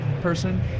person